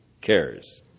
cares